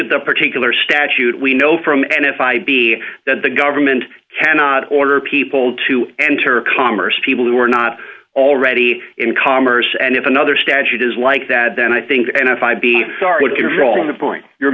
at the particular statute we know from and if i be that the government cannot order people to enter commerce people who are not already in commerce and if another statute is like that then i think and if i be started to fill in the point you're